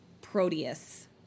Proteus